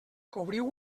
cobriu